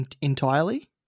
entirely